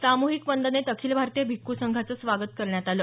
सामूहिक वंदनेत अखिल भारतीय भिक्खु संघाचं स्वागत करण्यात आलं